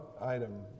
item